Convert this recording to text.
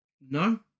No